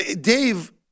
Dave